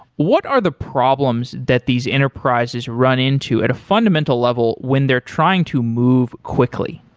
what are the problems that these enterprises run into at a fundamental level when they're trying to move quickly?